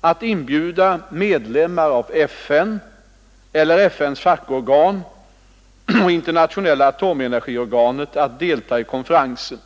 att inbjuda medlemmar av FN eller FN:s fackorgan och Internationella atomenergiorganet att delta i konferensen.